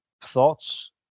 thoughts